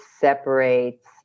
separates